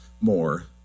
more